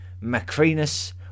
Macrinus